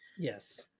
Yes